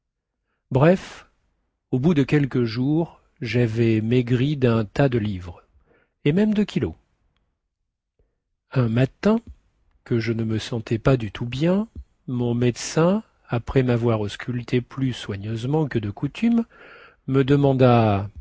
bref au bout de quelques jours javais maigri dun tas de livres et même de kilos un matin que je ne me sentais pas du tout bien mon médecin après mavoir ausculté plus soigneusement que de coutume me demanda